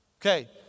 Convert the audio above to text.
Okay